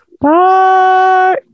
Bye